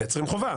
מייצרים חובה.